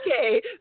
Okay